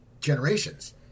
generations